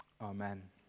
Amen